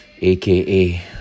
aka